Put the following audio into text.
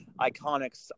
Iconics